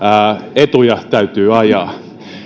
etuja täytyy ajaa